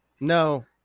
No